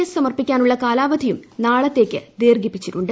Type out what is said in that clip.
S സമർപ്പിക്കാനുള്ള കാലാവധിയും നാളത്തേയ്ക്ക് ദീർഘിപ്പിച്ചിട്ടുണ്ട്